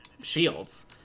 shields